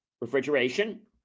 refrigeration